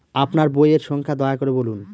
আপনার বইয়ের সংখ্যা দয়া করে বলুন?